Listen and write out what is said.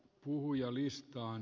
puhujalistan